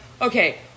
okay